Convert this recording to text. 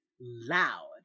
loud